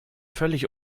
völlig